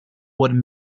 would